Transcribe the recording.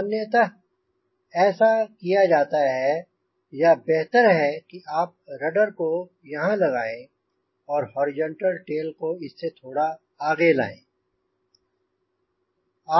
सामान्य ऐसा किया जाता है या बेहतर है कि आप रडर को यहांँ लगाएँ और हॉरिजॉन्टल टेल को इससे थोड़ा आगे लायें